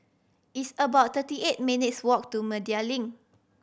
it's about thirty eight minutes' walk to Media Link